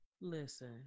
Listen